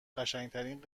قشنگترین